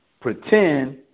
pretend